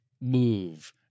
move